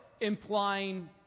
implying